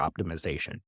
optimization